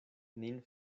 nin